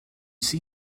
see